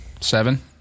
Seven